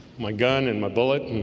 my gun and my bullet and